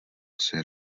asi